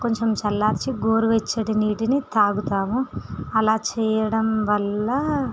కొంచెం చల్లార్చి గోరువెచ్చటి నీటిని త్రాగుతాము అలా చేయడం వల్ల